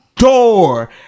door